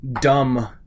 dumb